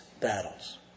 battles